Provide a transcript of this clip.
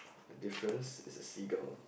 difference is a seagull